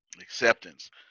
Acceptance